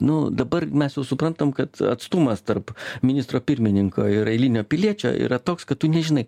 nu dabar mes jau suprantam kad atstumas tarp ministro pirmininko ir eilinio piliečio yra toks kad tu nežinai